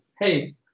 hey